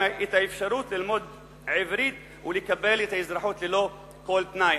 האפשרות ללמוד עברית ולקבל את האזרחות ללא כל תנאי.